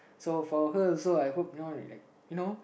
so for her also I hope you know like you know